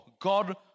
God